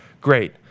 Great